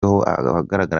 ahagaragara